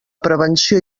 prevenció